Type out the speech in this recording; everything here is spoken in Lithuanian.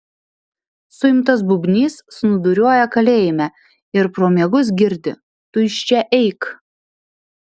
suimtas bubnys snūduriuoja kalėjime ir pro miegus girdi tu iš čia eik